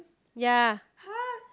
ya